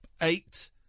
Eight